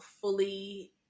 fully